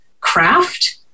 craft